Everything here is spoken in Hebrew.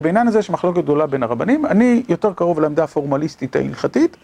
בעניין הזה יש מחלוקת גדולה בין הרבנים, אני יותר קרוב לעמדה הפורמליסטית ההלכתית